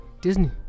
Disney